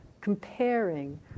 comparing